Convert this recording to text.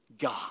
God